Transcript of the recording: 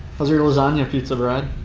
how's your lasagna pizza bread?